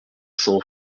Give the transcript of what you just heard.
cents